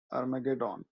armageddon